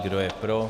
Kdo je pro.